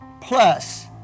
Plus